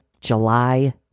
July